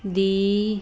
ਦੀ